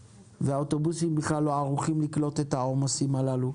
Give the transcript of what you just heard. והאוטובוסים בכלל לא ערוכים לקלוט את העומסים הללו.